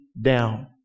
down